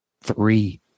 three